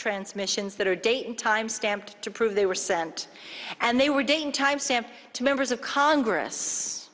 transmissions that are day time stamped to prove they were sent and they were doing time stamp to members of congress